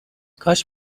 کاش